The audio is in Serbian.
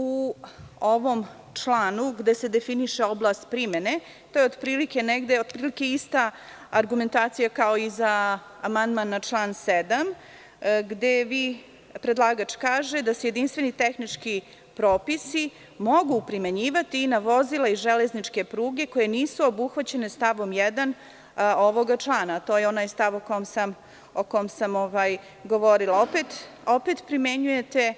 U ovom članu gde se definiše oblast primene, to je otprilike ista argumentacija kao i za amandman na član 7, gde predlagač kaže da se jedinstveni tehnički propisi mogu primenjivati i na vozila i železničke pruge koje nisu obuhvaćene stavom 1. ovog člana, to je onaj stav o kom sam govorila, opet primenjujete